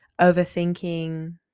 overthinking